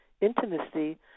intimacy